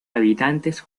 habitantes